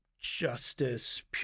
justice